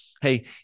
hey